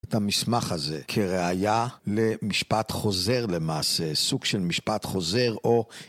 את המסמך הזה כראיה למשפט חוזר למעשה, סוג של משפט חוזר או